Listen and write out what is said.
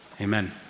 Amen